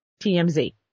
tmz